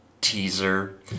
teaser